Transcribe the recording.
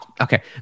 okay